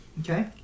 Okay